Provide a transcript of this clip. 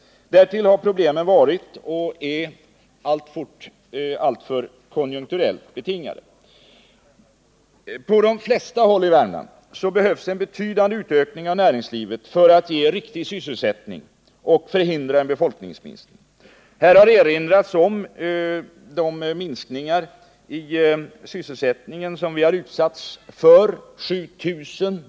Därtill har problemen varit — och är fortfarande — alltför konjunkturellt betingade. På de flesta håll i Värmland behövs en utökning av näringslivet för att ge riktig sysselsättning och förhindra en befolkningsminskning. Här har erinrats om de minskningar i sysselsättningen som vi har utsatts för.